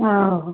हँ